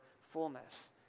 fullness